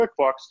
QuickBooks